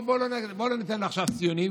בוא לא ניתן לו עכשיו ציונים,